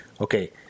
okay